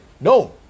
No